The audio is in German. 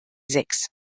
sechs